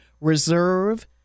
reserve